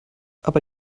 aber